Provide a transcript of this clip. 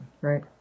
right